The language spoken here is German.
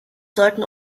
sollten